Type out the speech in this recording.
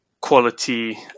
quality